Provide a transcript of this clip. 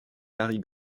larry